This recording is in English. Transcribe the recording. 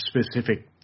specific